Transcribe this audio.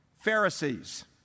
Pharisees